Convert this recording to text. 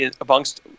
amongst